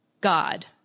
God